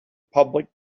public